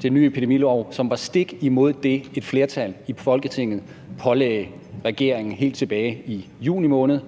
til en ny epidemilov, som var stik imod det, som et flertal i Folketinget pålagde regeringen helt tilbage i juni måned?